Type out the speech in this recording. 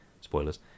Spoilers